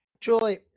Julie